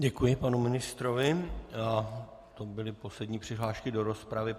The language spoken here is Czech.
Děkuji panu ministrovi a to byly poslední přihlášky do rozpravy.